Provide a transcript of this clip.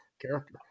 character